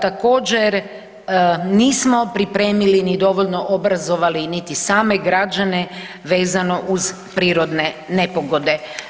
Također nismo pripremili ni dovoljno obrazovali niti same građane vezano uz prirodne nepogode.